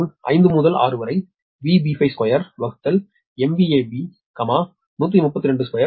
இதேபோல் 5 முதல் 6 வரை 2B 1322100174